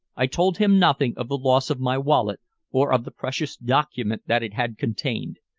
i told him nothing of the loss of my wallet or of the precious document that it had contained.